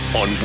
on